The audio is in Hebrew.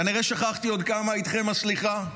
כנראה שכחתי עוד כמה, איתכם הסליחה,